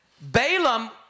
Balaam